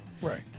Right